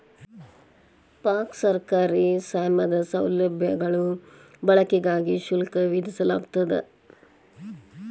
park ಸರ್ಕಾರಿ ಸ್ವಾಮ್ಯದ ಸೌಲಭ್ಯಗಳ ಬಳಕೆಗಾಗಿ ಶುಲ್ಕ ವಿಧಿಸಲಾಗ್ತದ